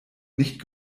nicht